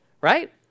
right